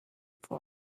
for